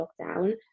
lockdown